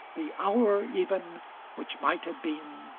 the hour even which might have been,